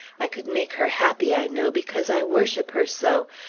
i could make her happy, i know, because i worship her so.